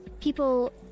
People